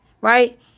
right